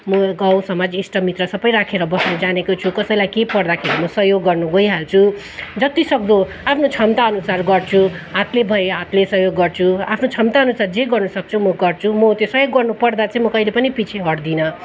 म एउटा गाउँ समाज इष्टमित्र सबै राखेर बस्नु जानेको छु कसैलाई केही पर्दाखेरि म सहयोग गर्नु गइहाल्छु जतिसक्दो आफ्नो क्षमता अनुसार गर्छु हातले भए हातले सहयोग गर्छु आफ्नो क्षमताअनुसार जे गर्नु सक्छु म गर्छु म त्यो सहयोग गर्नु पर्दा चाहिँ म कहिले पनि पछि हट्दिनँ